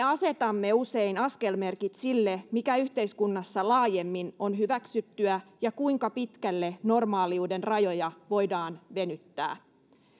asetamme usein askelmerkit sille mikä yhteiskunnassa laajemmin on hyväksyttyä ja kuinka pitkälle normaaliuden rajoja voidaan venyttää